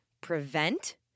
prevent